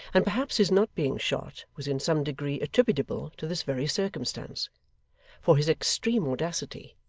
and perhaps his not being shot was in some degree attributable to this very circumstance for his extreme audacity,